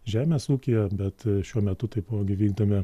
žemės ūkyje bet šiuo metu taipogi vykdome